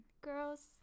Girls